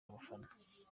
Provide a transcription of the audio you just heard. abafana